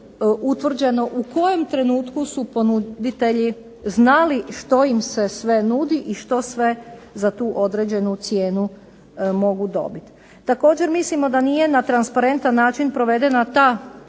utvrđeno u kojem trenutku su ponuditelji znali što im se sve nudi i što sve za tu određenu cijenu mogu dobiti. Također mislimo da nije na transparentan način provedena ta